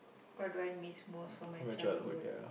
what do I miss most from my childhood